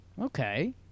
okay